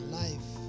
life